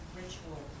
ritual